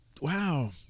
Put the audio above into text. Wow